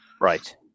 Right